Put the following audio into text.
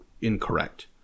incorrect